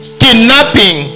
kidnapping